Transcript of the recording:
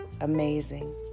amazing